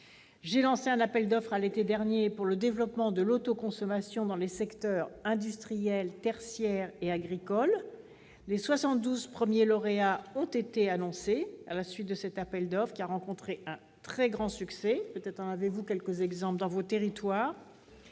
J'ai lancé un appel d'offres, l'été dernier, pour le développement de l'autoconsommation dans les secteurs industriels, tertiaires et agricoles. Les 72 premiers lauréats ont été désignés à la suite de cette procédure, qui a rencontré un très grand succès. Peut-être en avez-vous d'ailleurs quelques exemples dans vos territoires,